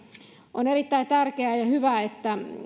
on erittäin tärkeää ja hyvä että